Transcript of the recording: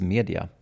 Media